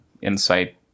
insight